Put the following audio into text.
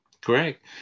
correct